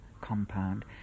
compound